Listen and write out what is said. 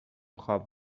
خواب